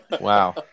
Wow